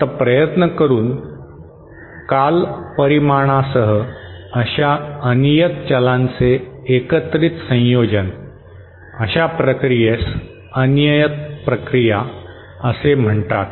आता प्रयत्न करून काल परिमाणासह अशा अनियत चलांचे एकत्रित संयोजन अशा प्रक्रियेस अनियत प्रक्रिया असे म्हणतात